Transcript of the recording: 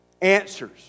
answers